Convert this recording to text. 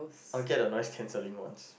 I will get the nice cancelling ones